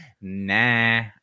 nah